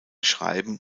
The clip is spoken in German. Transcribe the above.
schreiben